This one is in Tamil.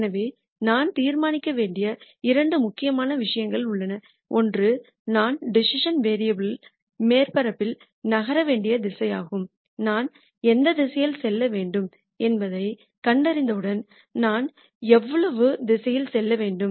எனவே நான் தீர்மானிக்க வேண்டிய இரண்டு முக்கியமான விஷயங்கள் உள்ளன ஒன்று நான் டிசிசன் வேரியபுல் மேற்பரப்பில் நகர வேண்டிய திசையாகும் நான் எந்த திசையில் செல்ல வேண்டும் என்பதைக் கண்டறிந்தவுடன் நான் எவ்வளவு திசையில் செல்ல வேண்டும்